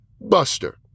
Buster